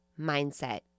mindset